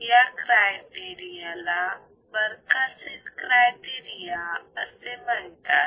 या क्रायटेरिया ला बरखासेन क्रायटेरिया असे म्हणतात